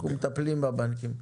אנחנו מטפלים בבנקים.